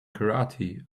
karate